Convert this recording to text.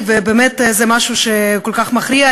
באמת זה משהו כל כך מכריע.